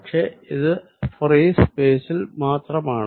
പക്ഷെ ഇത് ഫ്രീ സ്പേസിൽ മാത്രമാണ്